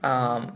mmhmm